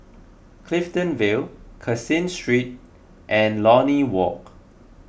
Clifton Vale Caseen Street and Lornie Walk